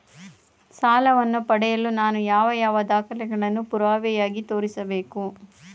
ಸಾಲವನ್ನು ಪಡೆಯಲು ನಾನು ಯಾವ ದಾಖಲೆಗಳನ್ನು ಪುರಾವೆಯಾಗಿ ತೋರಿಸಬೇಕು?